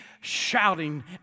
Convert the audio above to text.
shouting